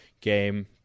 game